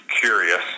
curious